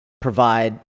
provide